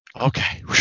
Okay